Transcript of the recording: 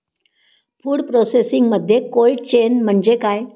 Food प्रोसेसिंगमध्ये cold chain म्हणजे काय?